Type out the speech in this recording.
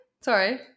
Sorry